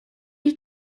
you